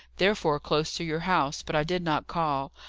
therefore close to your house, but i did not call.